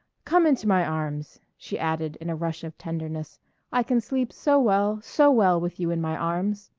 come into my arms, she added in a rush of tenderness i can sleep so well, so well with you in my arms.